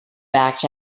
backed